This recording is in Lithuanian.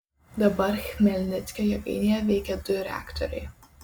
dabar chmelnickio jėgainėje veikia du reaktoriai